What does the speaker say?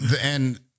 And-